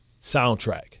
soundtrack